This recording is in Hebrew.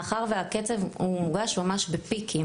מאחר והקצב הוא מורגש ממש ב'פיקים'.